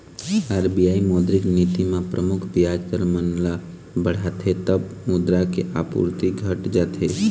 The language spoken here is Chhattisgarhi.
आर.बी.आई मौद्रिक नीति म परमुख बियाज दर मन ल बढ़ाथे तब मुद्रा के आपूरति घट जाथे